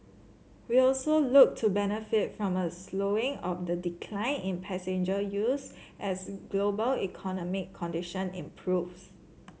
we also look to benefit from a slowing of the decline in passenger yields as global economic condition improves